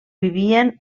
vivien